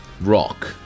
Rock